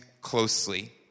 closely